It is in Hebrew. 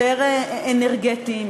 יותר אנרגטיים,